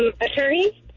Attorney